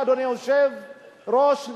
אדוני היושב-ראש,